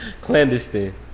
clandestine